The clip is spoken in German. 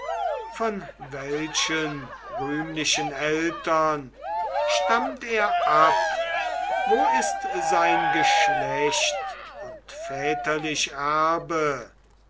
von welchen rühmlichen eltern stammt er ab wo ist sein geschlecht und väterlich erbe